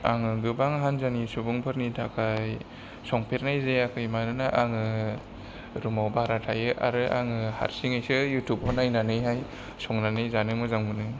आङो गोबां हानजानि सुबुंफोरनि थाखाय संफेरनाय जायाखै मानोना आङो रुमाव भारा थायो आरो आङो हारसिङैसो इउटिउबाव नायनानैहाय संनानै जानो मोजां मोनो